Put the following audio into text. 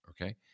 okay